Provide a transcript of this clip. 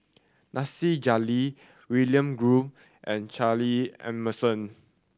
Nasir Jalil William Goode and Charles Emmerson